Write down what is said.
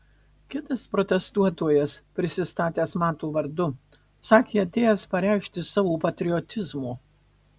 kitas protestuotojas prisistatęs mato vardu sakė atėjęs pareikšti savo patriotizmo